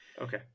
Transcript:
Okay